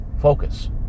focus